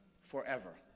forever